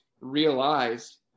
realized